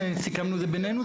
סיכמנו את זה בינינו.